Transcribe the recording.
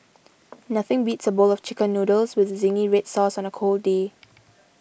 nothing beats a bowl of Chicken Noodles with Zingy Red Sauce on a cold day